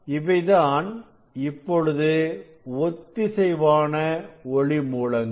இவைதான் இப்பொழுது ஒத்திசைவான ஒளி மூலங்கள்